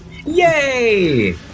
Yay